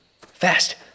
Fast